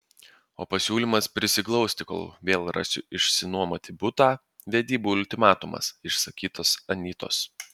o pasiūlymas prisiglausti kol vėl rasiu išsinuomoti butą vedybų ultimatumas išsakytas anytos